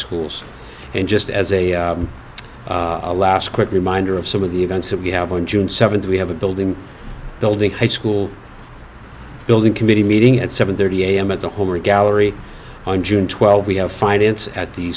schools and just as a last quick reminder of some of the events that we have on june seventh we have a building building high school building committee meeting at seven thirty am at the home or gallery on june twelfth we have finance at the